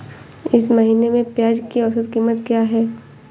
इस महीने में प्याज की औसत कीमत क्या है?